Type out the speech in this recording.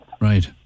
Right